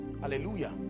Hallelujah